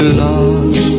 love